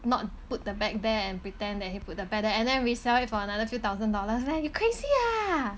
not put the bag there and pretend that he put the bag there and then resell it for another two thousand dollars leh you crazy ah